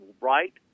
Right